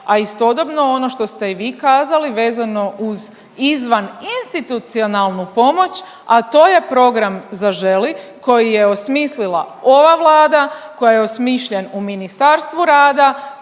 a istodobno, ono što ste i vi kazali, vezano uz izvaninstitucionalnu pomoć, a to je program Zaželi koji je osmislila ova Vlada koja je osmišljen u Ministarstvu rada